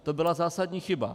To byla zásadní chyba.